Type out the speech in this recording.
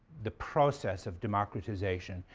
the process of democratization,